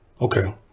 Okay